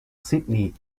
sydney